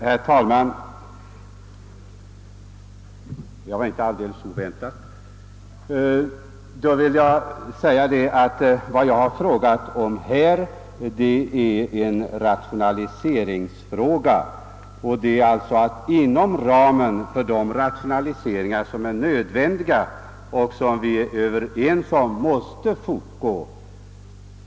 Herr talman! Det där sista kom inte alldeles oväntat, Här gäller det emellertid en rationaliseringsfråga, och vi är överens om att rationaliseringarna måste fortgå.